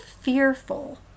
fearful